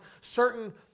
certain